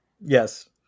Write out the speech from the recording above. Yes